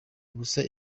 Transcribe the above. ubusa